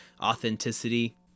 authenticity